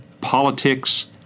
politics